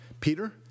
Peter